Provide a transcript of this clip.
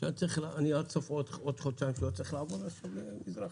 כשהיה צריך עוד חודשיים לעבור למזרחי,